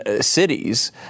cities